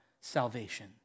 salvation